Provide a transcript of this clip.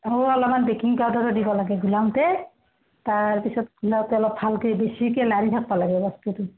আৰু অলপমান বেকিং পাউদাৰো দিব লাগে গুলোতে তাৰ পিছত গুলোতে অলপ ভালকৈ বেছিকৈ লৰাই থাকিব লাগে বস্তুটো